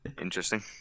Interesting